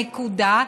נקודה,